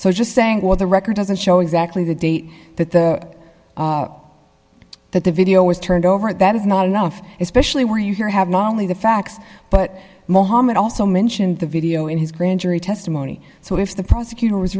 so just saying well the record doesn't show exactly the date that the that the video was turned over that is not enough especially when you hear have not only the facts but mohamed also mentioned the video in his grand jury testimony so if the prosecutor